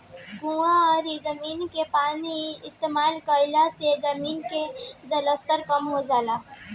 कुवां अउरी जमीन के पानी इस्तेमाल करे से जमीन के जलस्तर कम हो जाला